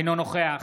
אינו נוכח